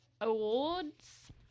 Awards